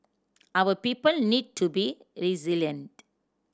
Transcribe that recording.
our people need to be resilient